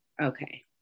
okay